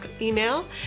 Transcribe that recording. email